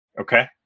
Okay